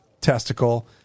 testicle